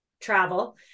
travel